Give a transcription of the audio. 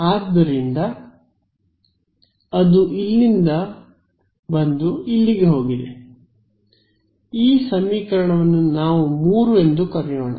ಆದ್ದರಿಂದ ಅದು ಇಲ್ಲಿಂದ ಬಂದು ಇಲ್ಲಿಗೆ ಹೋಗಿದೆ ಈ ಸಮೀಕರಣವನ್ನು ನಾವು 3 ಎಂದು ಕರೆಯೋಣ